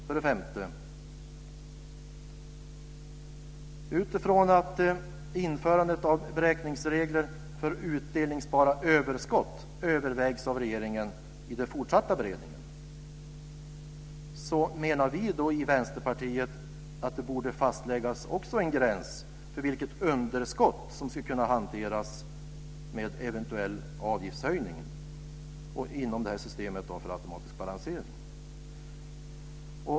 För det femte: Utifrån att införandet av beräkningsregler för utdelningsbara överskott övervägs av regeringen i den fortsatta beredningen, menar vi i Vänsterpartiet att det borde fastläggas också en gräns för vilket underskott som ska kunna hanteras med eventuell avgiftshöjning inom systemet för automatisk balansering.